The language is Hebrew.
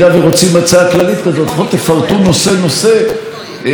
במה הוא זכה להיות חלק מהצעת האי-אמון.